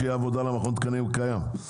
מכון התקנים הקיים בקושי יעבוד.